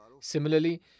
Similarly